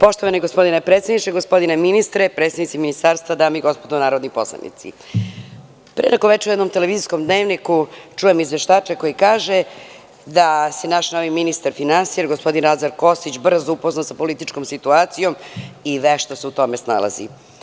Poštovani gospodine predsedniče, gospodine ministre, predstavnici ministarstva, gospodo narodni poslanici, pre neko veče u televizijskom dnevniku čujem izveštača koji kaže da se naš novi ministar finansija, gospodin Lazar Krstić, brzo upoznao sa političkom situacijom i vešto se u tom snalazi.